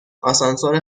آسانسور